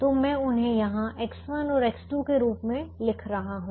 तो मैं उन्हें यहां X1 और X2 के रूप में लिख रहा हूं